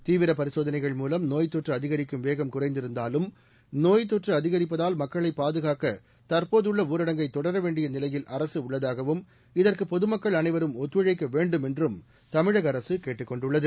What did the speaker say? தீவிரப் பரிசோதனைகள் மூலம் நோய்த் தொற்றுஅதிகரிக்கும் வேகம் குறைந்திருந்தாலும் நோய்த் தொற்றுஅதிகரிப்பதால் மக்களைபாதுகாக்கதற்போதுள்ளஊரடங்கை தொடரவேண்டியநிலையில் அரசுஉள்ளதாகவும் இதற்குபொதுமக்கள் அனைவரும் ஒத்துழழக்கவேண்டும் என்றும் தமிழகஅரசுகேட்டுக் கொண்டுள்ளது